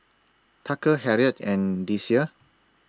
Tucker Harriet and Deasia